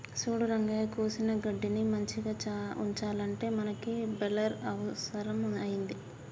సూడు రంగయ్య కోసిన గడ్డిని మంచిగ ఉంచాలంటే మనకి బెలర్ అవుసరం అయింది